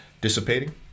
dissipating